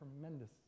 tremendous